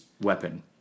weapon